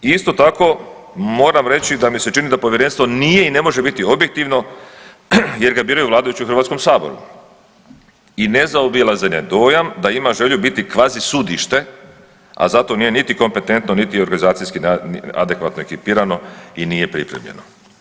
I isto tako moram reći da mi se čini da povjerenstvo nije i ne može biti objektivno, jer ga biraju vladajući u Hrvatskom saboru i nezaobilazan je dojam da ima želju biti kvazi sudište, a za to nije niti kompetentno, niti organizacijski adekvatno ekipirano i nije pripremljeno.